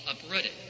uprooted